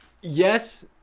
yes